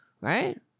right